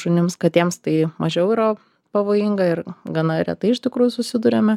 šunims katėms tai mažiau yra pavojinga ir gana retai iš tikrųjų susiduriame